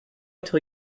tell